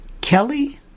Kelly